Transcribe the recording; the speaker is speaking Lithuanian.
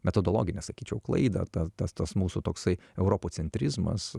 metodologinę sakyčiau klaidą ta tas tas mūsų toksai europocentrizmas